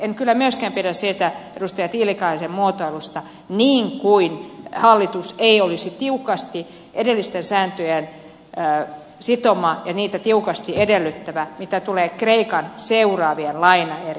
en kyllä myöskään pidä siitä edustaja tiilikaisen muotoilusta että hallitus ei olisi tiukasti edellisten sääntöjen sitoma ja niitä tiukasti edellyttävä mitä tulee kreikan seuraaviin lainaeriin